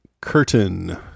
Curtain